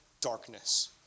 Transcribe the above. darkness